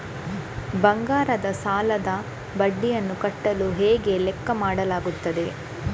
ಬಂಗಾರದ ಸಾಲದ ಬಡ್ಡಿಯನ್ನು ಕಟ್ಟಲು ಹೇಗೆ ಲೆಕ್ಕ ಮಾಡಲಾಗುತ್ತದೆ?